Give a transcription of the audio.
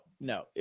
no